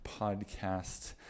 podcast